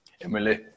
Emily